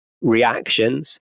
reactions